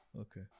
Okay